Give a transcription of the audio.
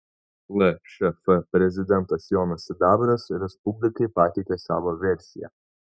lšf prezidentas jonas sidabras respublikai pateikė savo versiją